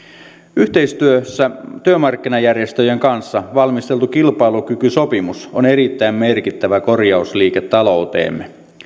yhteistyössä työmarkkinajärjestöjen kanssa valmisteltu kilpailukykysopimus on erittäin merkittävä korjausliike talouteemme